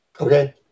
Okay